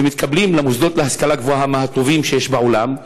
הם מתקבלים למוסדות להשכלה גבוהה מהטובים שיש בעולם,